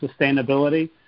sustainability